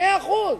מאה אחוז.